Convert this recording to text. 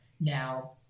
Now